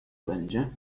będzie